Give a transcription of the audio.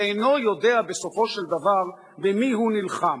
ואינו יודע בסופו של דבר במי הוא נלחם,